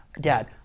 Dad